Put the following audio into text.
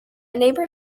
neighbour